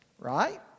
Right